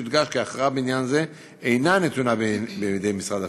יודגש כי הכרעה בעניין זה אינה נתונה בידי משרד החינוך.